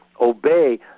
obey